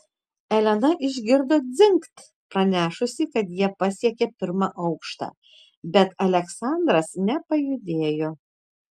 elena išgirdo dzingt pranešusį kad jie pasiekė pirmą aukštą bet aleksandras nepajudėjo